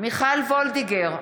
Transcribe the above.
מיכל וולדיגר,